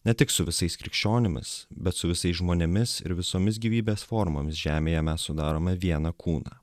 ne tik su visais krikščionimis bet su visais žmonėmis ir visomis gyvybės formomis žemėje mes sudarome vieną kūną